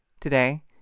Today